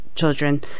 children